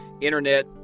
internet